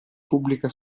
pubblica